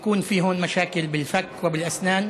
טיפול חינם לחולים בשיתוק מוחין שיש להם בעיות בלסת ובשיניים